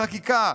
לחקיקה,